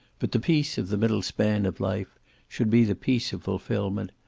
but the peace of the middle span of life should be the peace of fulfillment,